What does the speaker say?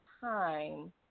time